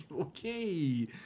okay